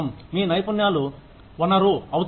మీ నైపుణ్యాలు వనరు అవుతాయి